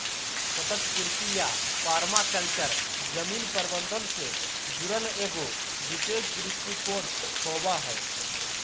सतत कृषि या पर्माकल्चर जमीन प्रबन्धन से जुड़ल एगो विशेष दृष्टिकोण होबा हइ